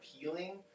appealing